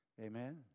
Amen